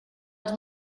als